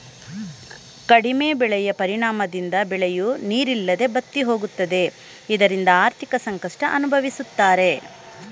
ಕಡಿಮೆ ಮಳೆಯ ಪರಿಣಾಮದಿಂದ ಬೆಳೆಯೂ ನೀರಿಲ್ಲದೆ ಬತ್ತಿಹೋಗುತ್ತದೆ ಇದರಿಂದ ಆರ್ಥಿಕ ಸಂಕಷ್ಟ ಅನುಭವಿಸುತ್ತಾರೆ